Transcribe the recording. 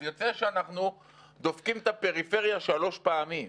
אז יוצא שאנחנו דופקים את הפריפריה שלוש פעמים.